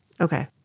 okay